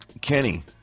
Kenny